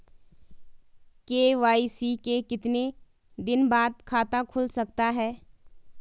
KYC के कितने दिन बाद खाता खुल सकता है?